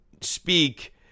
speak